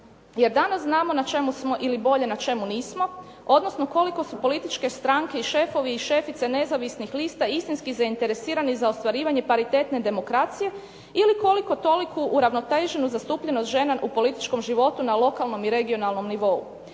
Jer danas znamo na čemu smo ili bolje na čemu nismo, odnosno koliko su političke stranke i šefovi i šefice nezavisnih lista istinskih zainteresirani za ostvarivanje paritetne demokracije ili koliko toliko uravnoteženu zastupljenost žena u političkom životu na lokalnom i regionalnom nivou.